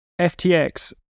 FTX